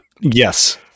Yes